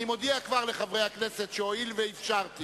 אני מודיע כבר לחברי הכנסת שהואיל ואפשרתי